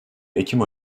ekim